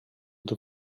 the